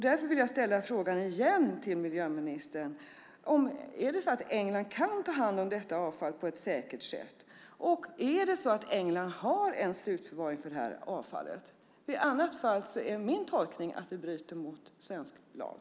Därför vill jag igen ställa frågan till miljöministern: Kan England ta hand om detta avfall på ett säkert sätt, och har England en slutförvaring för avfallet? I annat fall är min tolkning att vi bryter mot svensk lag.